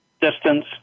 distance